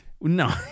No